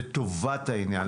לטובת העניין,